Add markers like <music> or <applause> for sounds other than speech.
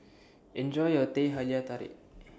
Enjoy your <noise> Teh Halia Tarik